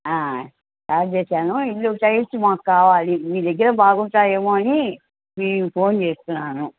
start చేశాను ఇల్లు tiles మాకు కావాలి మీదగ్గర బాగుంటాయేమో అని నేను ఫోన్ చేస్తున్నాను